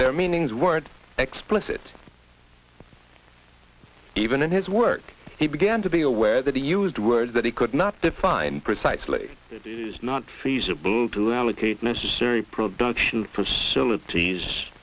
their meanings words explicit even in his work he began to be aware that he used words that he could not define precisely to do not feasible to allocate necessary production facilities